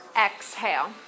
exhale